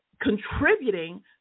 contributing